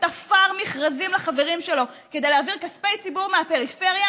תפר מכרזים לחברים שלו כדי להעביר כספי ציבור מהפריפריה